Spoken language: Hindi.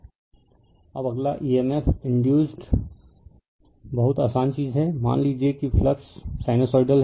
रिफर स्लाइड टाइम 0351 अब अगला EMF इंडयुसड बहुत आसान चीज़ है मान लीजिए कि फ्लक्स साइनुसोइडल है